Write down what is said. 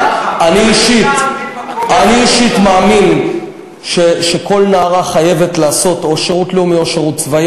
אני אישית מאמין שכל נערה חייבת לשרת או שירות לאומי או שירות צבאי.